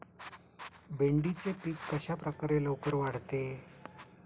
भेंडीचे पीक कशाप्रकारे लवकर वाढते?